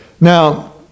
now